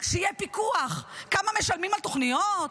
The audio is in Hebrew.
שיהיה פיקוח כמה משלמים על תוכניות,